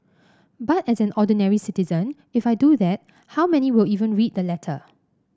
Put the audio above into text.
but as an ordinary citizen if I do that how many will even read the letter